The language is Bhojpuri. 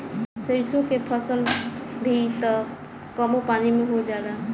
सरिसो के फसल भी त कमो पानी में हो जाला